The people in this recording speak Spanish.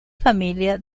familia